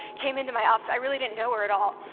came into my office. i really didn't know her at all.